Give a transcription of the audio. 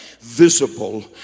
visible